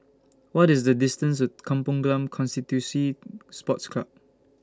What IS The distance to Kampong Glam Constituency Sports Club